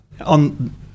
on